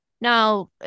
Now